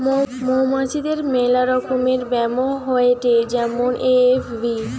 মৌমাছিদের মেলা রকমের ব্যামো হয়েটে যেমন এ.এফ.বি